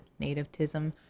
nativism